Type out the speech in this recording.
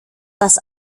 dass